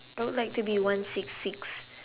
I would like to be one six six